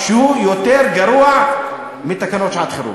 שהוא יותר גרוע מתקנות שעת-חירום.